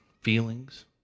feelings